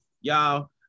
y'all